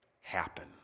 happen